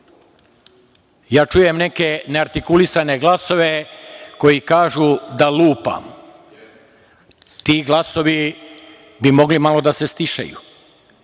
čujem neke neartikulisane glasove koji kažu da lupam. Ti glasovi bi mogli malo da se stišaju.